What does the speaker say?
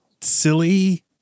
silly